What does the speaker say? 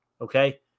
Okay